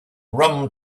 rum